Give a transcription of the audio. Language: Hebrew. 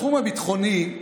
בתחום הביטחוני,